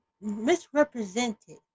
misrepresented